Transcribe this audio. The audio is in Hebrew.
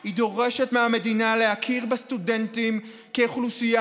היא דורשת מהמדינה להכיר בסטודנטים כאוכלוסייה